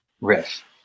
riff